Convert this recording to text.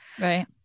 Right